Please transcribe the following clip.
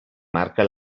marca